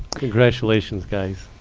congratulations, guys.